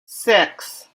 six